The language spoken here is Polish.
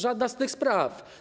Żadna z tych spraw.